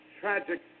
Tragic